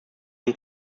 und